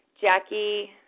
Jackie